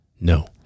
No